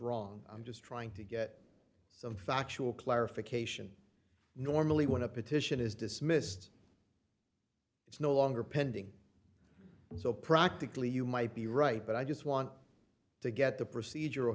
wrong i'm just trying to get a vacua clarification normally when a petition is dismissed it's no longer pending so practically you might be right but i just want to get the procedural